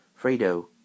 Fredo